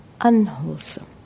unwholesome